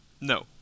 No